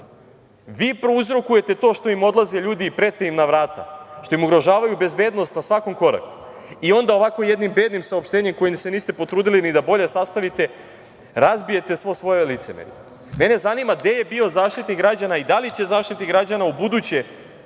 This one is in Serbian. vi prouzrokujete to što im odlaze ljudi, prete im na vrata, što im ugrožavaju bezbednost na svakom koraku i onda ovako jednim bednim saopštenjem, koje se niste potrudili ni da bolje sastavite, razbijete svo svoje licemerje. Mene zanima gde je bio Zaštitnik građana i da li će Zaštitnik građana ubuduće,